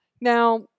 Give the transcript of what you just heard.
Now